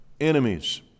enemies